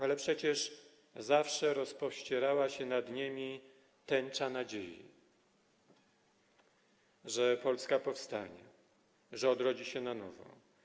Ale przecież zawsze rozpościerała się nad nimi tęcza nadziei, że Polska powstanie, że odrodzi się na nowo.